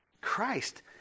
Christ